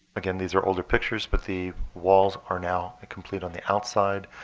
again, these are older pictures, but the walls are now ah complete on the outside.